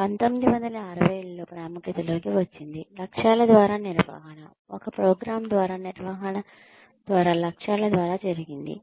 1960 లలో ప్రాముఖ్యతలోకి వచ్చింది లక్ష్యాల ద్వారా నిర్వహణ ఒక ప్రోగ్రామ్ ద్వారా నిర్వహణ ద్వారా లక్ష్యాల ద్వారా జరిగింది